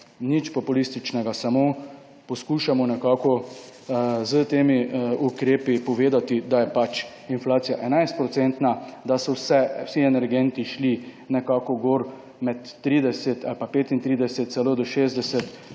Nič populističnega, samo poskušamo nekako s temi ukrepi povedati, da je inflacija 11 %, da so se vsi energenti šli nekako gor med 30 ali pa 35, celo do 60 %,